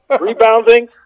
rebounding